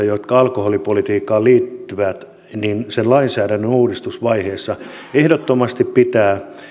jotka alkoholipolitiikkaan liittyvät sen lainsäädännön uudistusvaiheessa ehdottomasti pitää